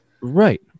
Right